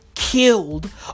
Killed